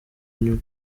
nyuma